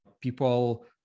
people